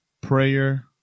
prayer